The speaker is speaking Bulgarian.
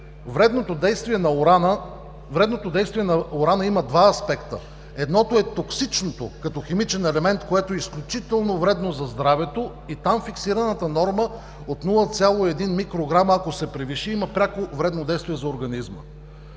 вредното действие на урана има два аспекта. Едното е токсичното, като химичен елемент, което е изключително вредно за здравето и там фиксираната норма от 0,1 микрограма, ако се превиши, има пряко вредно действие за организма.